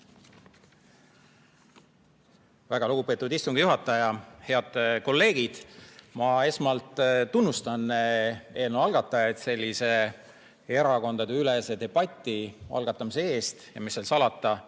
Väga lugupeetud istungi juhataja! Head kolleegid! Ma esmalt tunnustan eelnõu algatajaid sellise erakondadeülese debati algatamise eest, ja mis seal salata,